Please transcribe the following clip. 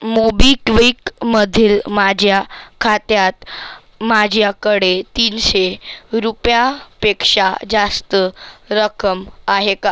मोबिक्विकमधील माझ्या खात्यात माझ्याकडे तीनशे रुपयापेक्षा जास्त रक्कम आहे का